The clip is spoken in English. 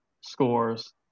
scores